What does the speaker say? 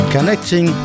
Connecting